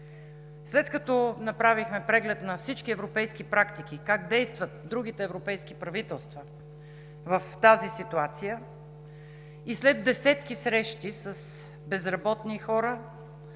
След като направихме преглед на всички европейски практики – как действат другите европейски правителства в тази ситуация, след десетки срещи с безработни хора,